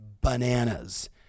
bananas